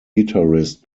guitarist